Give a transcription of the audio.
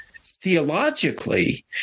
theologically